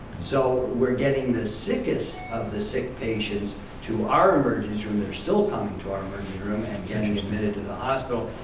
so we're getting the sickest of the sick patients to our emergency room, they're still coming to our room and getting admitted to the hospital.